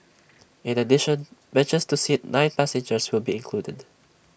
in addition benches to seat nine passengers will be included